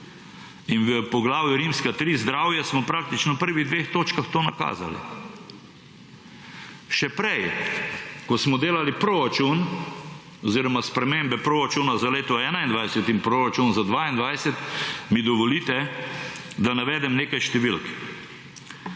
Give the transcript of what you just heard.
In v poglavju III. Zdravje smo praktično v prvih dveh točkah to nakazali. Še prej, ko smo delali proračun oziroma spremembe proračuna za leto 2021 in proračun za 2022, mi dovolite, da navedem nekaj številk.